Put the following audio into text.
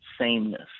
sameness